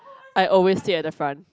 I always sit at the front